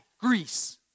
Greece